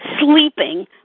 sleeping